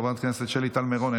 חברת הכנסת שלי טל מירון,